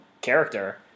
character